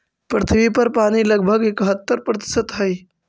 पृथ्वी पर पानी लगभग इकहत्तर प्रतिशत हई